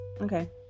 okay